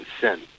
sin